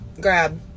grab